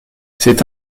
c’est